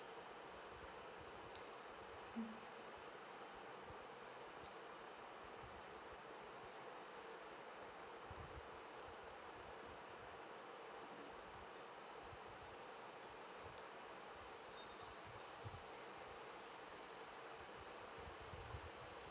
mm